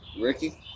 Ricky